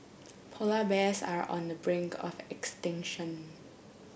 polar bears are on the brink of extinction